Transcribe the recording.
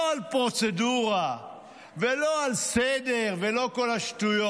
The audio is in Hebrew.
לא על פרוצדורה ולא על סדר, ולא כל השטויות.